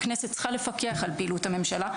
הכנסת צריכה לפקח על פעילות הממשלה,